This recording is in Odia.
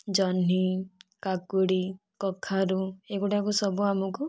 ଜହ୍ନି କାକୁଡ଼ି କଖାରୁ ଏଗୁଡ଼ିକ ସବୁ ଆମକୁ